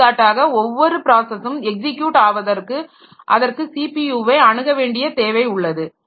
எடுத்துக்காட்டாக ஒவ்வொரு ப்ராஸஸும் எக்ஸிக்யூட் ஆவதற்கு அதற்கு ஸிபியுவை அணுக வேண்டிய தேவை உள்ளது